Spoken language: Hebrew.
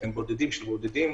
הן בודדות שבחולים.